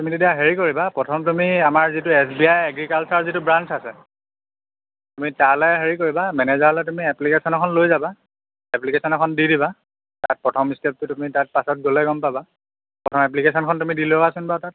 তুমি তেতিয়া হেৰি কৰিবা প্ৰথম তুমি আমাৰ যিটো এছ বি আই এগ্ৰিকালছাৰ যিটো ব্ৰাঞ্চ আছে তুমি তালৈ হেৰি কৰিবা মেনেজাৰলৈ তুমি এপ্লিকেশ্যন এখন লৈ যাবা এপ্লিকেশ্যন এখন দি দিবা তাত প্ৰথম ষ্টেপটো তুমি তাত পাছত গ'লে গম পাবা প্ৰথম এপ্লিকেশ্যনখন তুমি দি লোৱাচোন বাৰু তাত